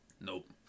nope